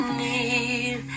need